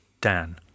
Dan